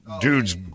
dudes